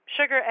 sugar